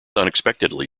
unexpectedly